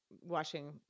washing